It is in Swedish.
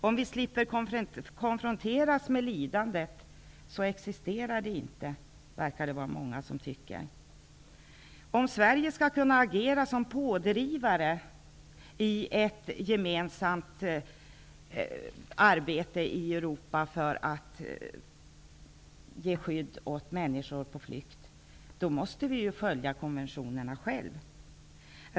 Om vi slipper konfronteras med lidandet så existerar det inte, verkar det vara många som tycker. Om Sverige skall kunna agera som pådrivare i ett gemensamt arbete i Europa för att ge skydd åt människor på flykt, då måste vi ju själva följa konventionerna.